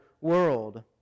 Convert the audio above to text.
world